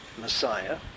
Messiah